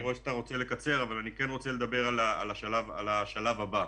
אני רואה שאתה רוצה לקצר אבל אני כן רוצה לדבר על השלב הבא.